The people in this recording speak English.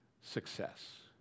success